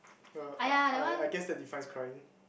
er I I guess that defines crying